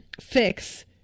fix